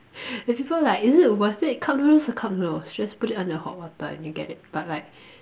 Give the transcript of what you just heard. the people like is it worth it cup noodles are cup noodles just put it under the hot water and you get it but like